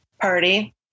party